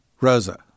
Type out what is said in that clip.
Rosa